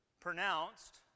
pronounced